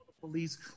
Police